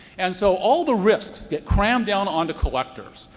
and so all the risks get crammed down onto collectors.